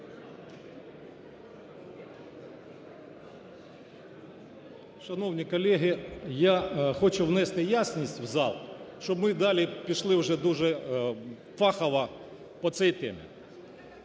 Шановні колеги, я хочу внести ясність в зал, щоб ми далі пішли вже дуже фахово по цій темі.